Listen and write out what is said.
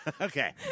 Okay